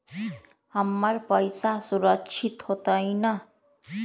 हमर पईसा सुरक्षित होतई न?